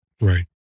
Right